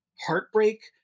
heartbreak